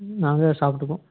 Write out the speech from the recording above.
நாங்க சாப்பிட்டுக்குவோம்